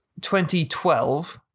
2012